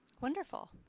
Wonderful